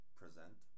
present